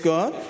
God